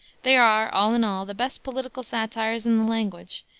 they are, all in all, the best political satires in the language,